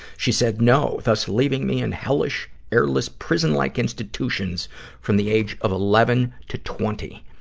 she said no, thus leaving me in hellish, airless, prison-like institutions from the age of eleven to twenty.